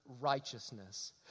righteousness